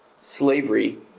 slavery